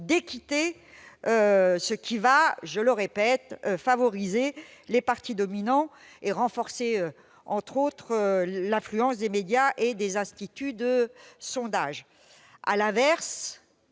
officielle, ce qui va, je le répète, favoriser les partis dominants et renforcer notamment l'influence des médias et des instituts de sondage. À l'inverse,